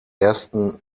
ersten